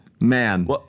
man